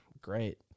Great